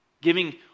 Giving